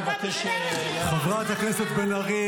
אני מבקש --- חברת הכנסת בן ארי,